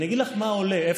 אני אגיד לך מה עולה,